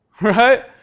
Right